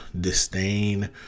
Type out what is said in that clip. disdain